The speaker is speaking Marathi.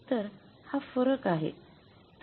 तर हा फरक आहे